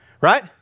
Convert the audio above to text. right